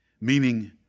meaning